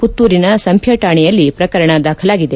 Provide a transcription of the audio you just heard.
ಪುತ್ತೂರಿನ ಸಂಪ್ಯ ಠಾಣೆಯಲ್ಲಿ ಪ್ರಕರಣ ದಾಖಲಾಗಿದೆ